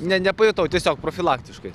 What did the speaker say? ne nepajutau tiesiog profilaktiškai